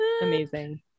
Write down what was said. Amazing